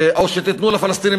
או שתיתנו לפלסטינים